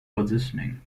positioning